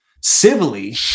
Civilly